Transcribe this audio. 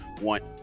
want